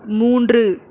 மூன்று